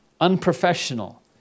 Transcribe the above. unprofessional